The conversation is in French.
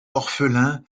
orphelin